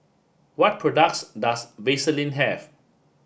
what products does Vaselin have